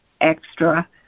extra